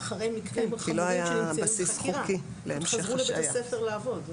שכרגע מעורר איזשהו קושי וצריך לבחון אותו.